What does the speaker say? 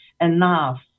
enough